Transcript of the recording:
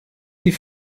die